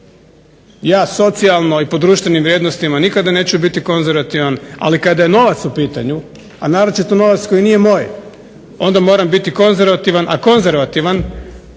Ja socijalno i po društvenim vrijednostima nekada neću biti konzervativan ali kada je novac u pitanju, a naročito novac koji nije moj onda moram biti konzervativan, a konzervativan